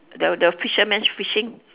the the fisherman's fishing